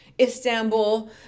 Istanbul